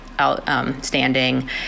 outstanding